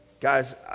Guys